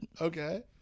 Okay